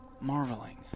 marveling